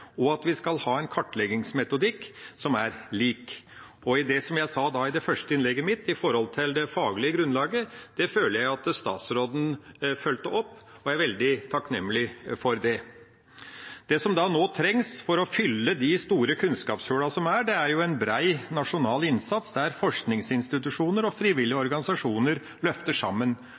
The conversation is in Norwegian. og at vi skal ha en kartleggingsmetodikk som er lik. Og når det gjelder det jeg sa i mitt første innlegg om det faglige grunnlaget, føler jeg at statsråden fulgte opp, og jeg er veldig takknemlig for det. Det som nå trengs for å fylle de store kunnskapshullene som er, er en bred, nasjonal innsats, der forskningsinstitusjoner og frivillige organisasjoner løfter sammen.